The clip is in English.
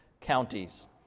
counties